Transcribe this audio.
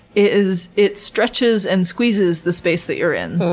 is it stretches and squeezes the space that you're in.